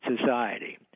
society